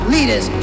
Leaders